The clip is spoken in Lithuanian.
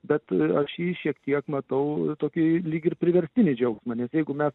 bet aš jį šiek tiek matau tokį lyg ir priverstinį džiaugsmą nes jeigu mes